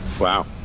Wow